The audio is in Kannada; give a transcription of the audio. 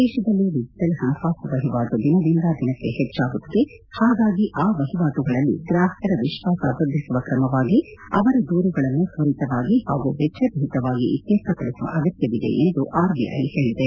ದೇಶದಲ್ಲಿ ಡಿಜೆಟಲ್ ಪಣಕಾಸು ವಹಿವಾಟು ದಿನದಿಂದ ದಿನಕ್ಕೆ ಹೆಚ್ಚಾಗುತ್ತಿದೆ ಹಾಗಾಗಿ ಆ ವಹಿವಾಟುಗಳಲ್ಲಿ ಗ್ರಾಹಕರ ವಿಶ್ವಾಸ ವ್ಯದ್ಲಿಸುವ ಕ್ರಮವಾಗಿ ಅವರ ದೂರುಗಳನ್ನು ತ್ವರಿತವಾಗಿ ಹಾಗೂ ವೆಚ್ಚ ರಹಿತವಾಗಿ ಇತ್ವರ್ಥಪಡಿಸುವ ಅಗತ್ತವಿದೆ ಎಂದು ಆರ್ಬಿಐ ಹೇಳಿದೆ